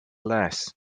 less